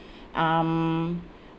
um